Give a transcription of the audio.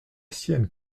sienne